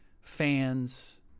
fans